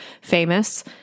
famous